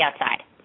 outside